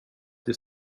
till